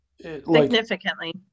Significantly